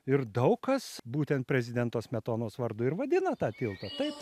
ir daug kas būtent prezidento smetonos vardu ir vadino tą tiltą taip